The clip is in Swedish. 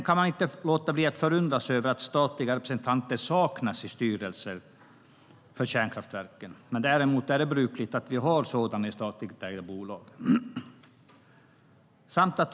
Man kan inte låta bli att förundras över att statliga representanter saknas i styrelser för kärnkraftverken. Däremot är det brukligt att vi har sådana i statligt ägda bolag.